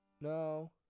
no